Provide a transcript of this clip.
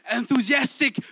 enthusiastic